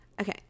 Okay